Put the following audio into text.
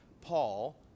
Paul